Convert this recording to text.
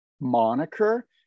moniker